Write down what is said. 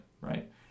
right